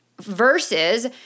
versus